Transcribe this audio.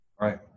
Right